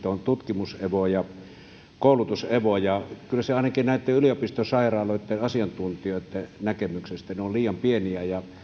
on tutkimus evo ja koulutus evo kyllä ne ainakin yliopistosairaaloitten asiantuntijoitten näkemyksestä ovat liian pieniä ja